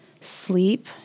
sleep